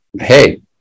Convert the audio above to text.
hey